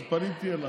אז פניתי אליך.